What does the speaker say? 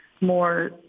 more